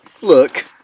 look